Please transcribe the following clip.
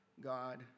God